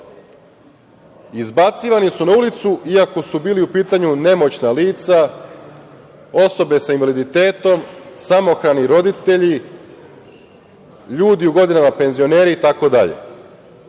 izbacivani su na ulicu iako su bili u pitanju nemoćna lica, osobe sa invaliditetom, samohrani roditelji, ljudi u godinama, penzioneri itd.